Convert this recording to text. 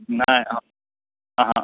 नहि हम अहाँ